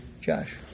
Josh